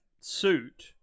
suit